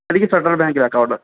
എനിക്ക് ഫെഡറല് ബാങ്കിലാ അക്കൗണ്ട്